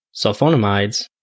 sulfonamides